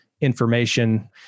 information